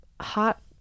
hot